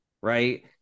Right